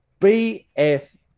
BS